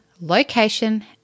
location